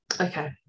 Okay